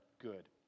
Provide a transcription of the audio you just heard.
good